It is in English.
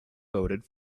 voted